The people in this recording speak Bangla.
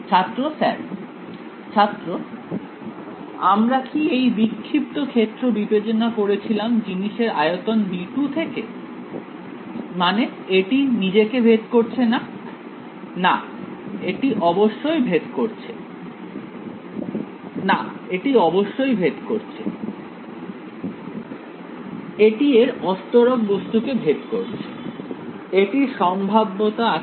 ছাত্র স্যার ছাত্র আমরা কি এই বিক্ষিপ্ত ক্ষেত্র বিবেচনা করে ছিলাম জিনিসের আয়তন V2 থেকে ছাত্র মানে এটি নিজেকে ভেদ করছেনা না এটি অবশ্যই ভেদ করছে এটি এর অস্তরক বস্তুকে ভেদ করছে এটির সম্ভাব্যতা আছে